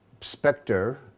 specter